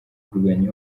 kurwanya